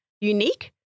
unique